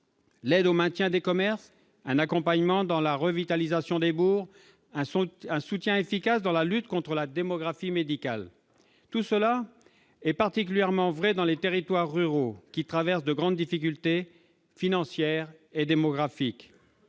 l'aide au maintien des commerces, un accompagnement dans la revitalisation des bourgs, un soutien efficace dans la lutte contre la baisse de la démographie médicale. Tout cela est particulièrement nécessaire dans les territoires ruraux, qui traversent de grandes difficultés financières et démographiques.